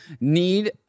need